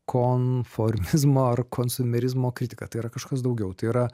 konformizmo ar konsumerizmo kritika tai yra kažkas daugiau tai yra